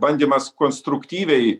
bandymas konstruktyviai